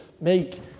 make